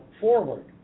forward